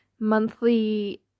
monthly